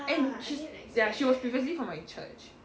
and she's ya she was previously from my church